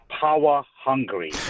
power-hungry